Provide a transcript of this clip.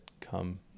come